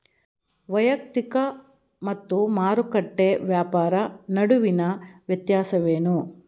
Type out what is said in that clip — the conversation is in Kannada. ವೈಯಕ್ತಿಕ ಮತ್ತು ಮಾರುಕಟ್ಟೆ ವ್ಯಾಪಾರ ನಡುವಿನ ವ್ಯತ್ಯಾಸವೇನು?